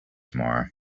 tomorrow